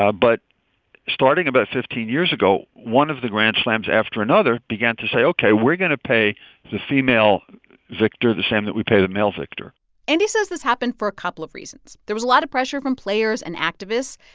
ah but starting about fifteen years ago, one of the grand slams after another began to say, ok, we're going to pay the female victor the same that we paid the male victor andy says this happened for a couple of reasons. there was a lot of pressure from players and activists.